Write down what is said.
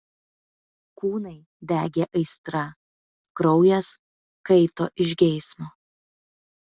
kūnai degė aistra kraujas kaito iš geismo